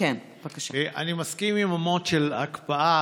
אני מסכים עם ה-mode של הקפאה,